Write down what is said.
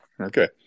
Okay